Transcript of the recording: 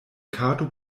kato